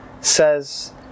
says